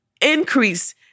increase